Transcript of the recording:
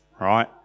right